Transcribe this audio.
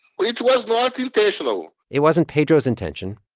it was not intentional it wasn't pedro's intention,